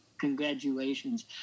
congratulations